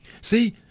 See